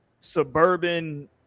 suburban